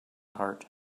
heart